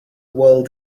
world